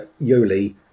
Yoli